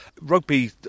Rugby